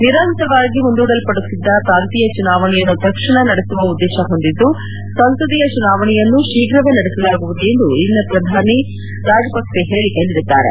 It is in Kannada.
ನಿರಂತರವಾಗಿ ಮುಂದೂಡಲ್ಪಡುತ್ತಿದ್ದ ಪ್ರಾಂತೀಯ ಚುನಾವಣೆಯನ್ನು ತಕ್ಷಣ ನಡೆಸುವ ಉದೇಶ ಹೊಂದಿದ್ದು ಸಂಸದೀಯ ಚುನಾವಣೆಯನ್ನೂ ಶೀಘ್ರವೇ ನಡೆಸಲಾಗುವುದು ಎಂದು ನಿನ್ನೆ ಪ್ರಧಾನಿ ರಾಜಪಕ್ಪೆ ಹೇಳಿಕೆ ನೀಡಿದ್ದಾರೆ